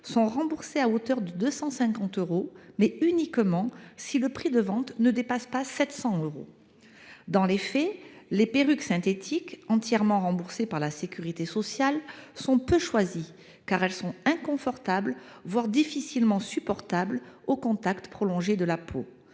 sont remboursées à hauteur de 250 euros, mais uniquement si le prix de vente ne dépasse pas 700 euros. Dans les faits, les perruques synthétiques entièrement remboursées par la sécurité sociale sont peu choisies, car elles sont inconfortables, voire difficilement supportables au contact prolongé de la peau.